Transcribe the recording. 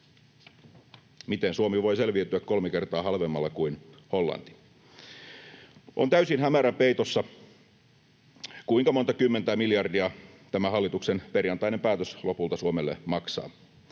Miten Suomi voi selviytyä kolme kertaa halvemmalla kuin Hollanti? On täysin hämärän peitossa, kuinka monta kymmentä miljardia tämä hallituksen perjantainen päätös lopulta Suomelle maksaa.